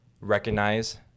recognize